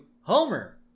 Homer